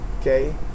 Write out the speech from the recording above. okay